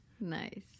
Nice